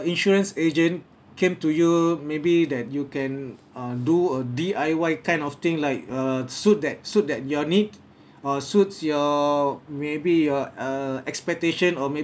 insurance agent came to you maybe that you can uh do a D_I_Y kind of thing like a suit that suit that your need uh suits your maybe your err expectation or maybe